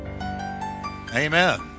Amen